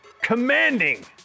commanding